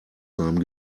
seinem